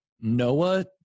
Noah